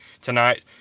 tonight